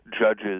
judges